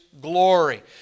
glory